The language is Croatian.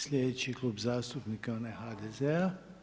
Slijedeći Klub zastupnika je onaj HDZ-a.